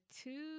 two